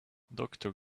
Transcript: doctor